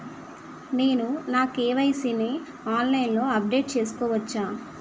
నేను నా కే.వై.సీ ని ఆన్లైన్ లో అప్డేట్ చేసుకోవచ్చా?